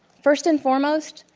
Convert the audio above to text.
first and foremost,